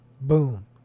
boom